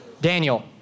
Daniel